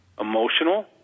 Emotional